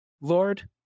Lord